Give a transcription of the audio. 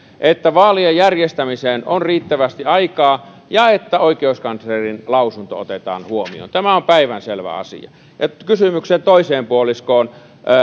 että vaalien järjestämiseen on riittävästi aikaa ja että oikeuskanslerin lausunto otetaan huomioon tämä on päivänselvä asia ja kysymyksen toiseen puoliskoon